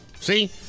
See